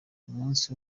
umunsi